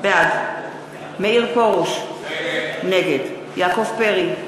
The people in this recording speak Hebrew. בעד מאיר פרוש, נגד יעקב פרי,